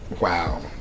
Wow